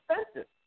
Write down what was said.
expensive